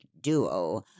duo